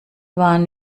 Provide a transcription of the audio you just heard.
waren